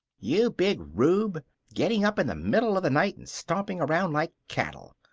you big rube! getting up in the middle of the night and stomping around like cattle.